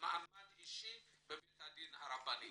אישי בבית הדין הרבני.